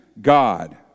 God